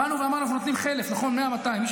באנו ואמרנו שאנחנו נותנים חלף, נכון?